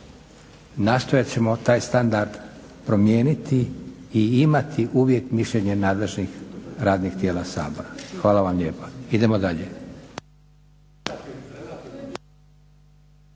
Nastojat ćemo taj standard promijeniti i imati uvijek mišljenje nadležnih radnih tijela Sabora. Hvala vam lijepa. Idemo dalje.